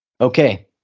Okay